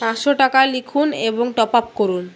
পাঁচশো টাকা লিখুন এবং টপ আপ করুন